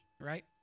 right